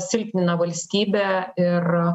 silpnina valstybę ir